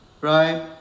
right